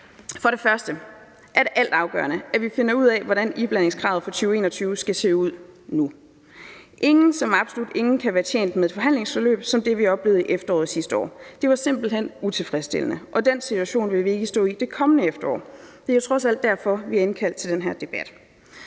For det første er det altafgørende, at vi nu finder ud af, hvordan iblandingskravet for 2021 skal se ud. Ingen, som i absolut ingen, kan være tjent med et forhandlingsforløb som det, vi oplevede i efteråret sidste år. Det var simpelt hen utilfredsstillende. Den situation vil vi ikke stå i igen i det kommende efterår. Det er trods alt derfor, vi har indkaldt til den her debat.